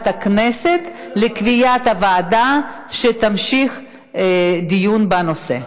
הכנסת לקביעת הוועדה שתמשיך דיון בנושא.